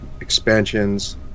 expansions